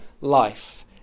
life